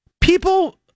people